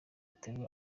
aterura